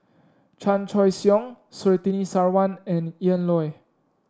Chan Choy Siong Surtini Sarwan and Ian Loy